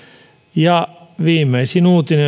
ja viimeisin uutinen